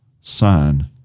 sign